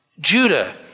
Judah